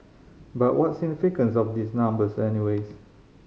but what's significance of these numbers any ways